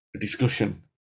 discussion